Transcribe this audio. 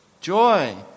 joy